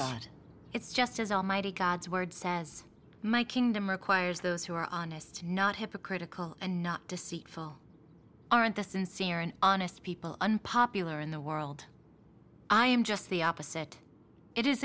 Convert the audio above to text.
but it's just as almighty god's word says my kingdom requires those who are honest not hypocritical and not deceitful aren't the sincere and honest people unpopular in the world i am just the opposite it is